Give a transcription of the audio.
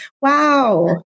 Wow